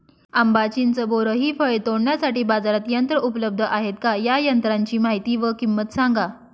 आंबा, चिंच, बोर हि फळे तोडण्यासाठी बाजारात यंत्र उपलब्ध आहेत का? या यंत्रांची माहिती व किंमत सांगा?